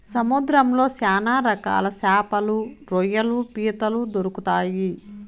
సముద్రంలో శ్యాన రకాల శాపలు, రొయ్యలు, పీతలు దొరుకుతాయి